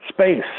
space